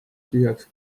tühjaks